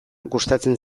gustatzen